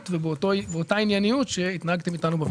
ובאותה ענייניות שהתנהגתם איתנו בוועדה הזאת.